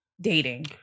dating